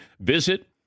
Visit